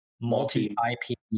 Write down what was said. multi-IP